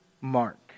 Mark